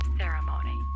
ceremony